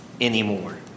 anymore